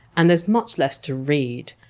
and there's much less to read,